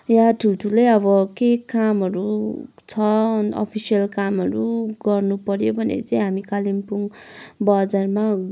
या ठुल्ठुलै अब के कामहरू छ अफिसयल कामहरू गर्नु पऱ्यो भने चाहिँ हामी कालिम्पोङ बजारमा